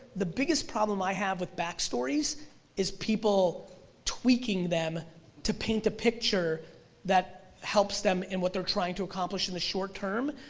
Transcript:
the biggest problem i have with back stories is people tweaking them to paint a picture that helps them in what they're trying to accomplish in the short term,